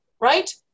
right